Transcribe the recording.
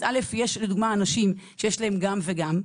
יש אנשים לדוגמה שיש להם גם וגם,